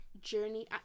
journey